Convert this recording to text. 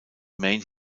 maine